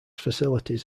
facilities